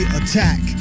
attack